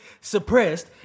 suppressed